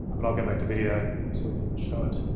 but i'll go back to video so we can show it.